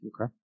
Okay